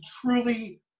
truly